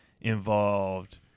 involved